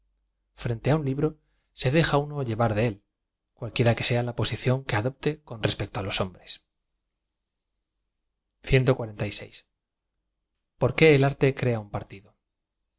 frente á un libro se deja u lle v a r de él cualquiera que sea la posición que adop te con respecto á los hombres o r qué l arte crea un partido